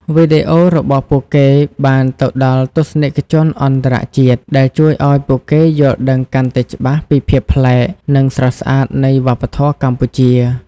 វីដេអូរបស់ពួកគេបានទៅដល់ទស្សនិកជនអន្តរជាតិ ដែលជួយឲ្យពួកគេយល់ដឹងកាន់តែច្បាស់ពីភាពប្លែក និងស្រស់ស្អាតនៃវប្បធម៌កម្ពុជា។